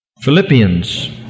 Philippians